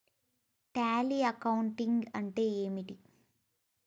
Tally accounting అంటే ఏమిటి?